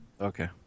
Okay